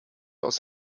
aus